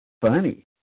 funny